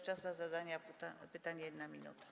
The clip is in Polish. Czas na zadanie pytania - 1 minuta.